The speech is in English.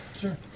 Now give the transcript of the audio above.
Sure